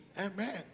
Amen